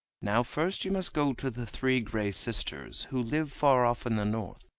now first you must go to the three gray sisters, who live far off in the north,